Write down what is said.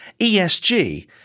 ESG